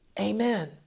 amen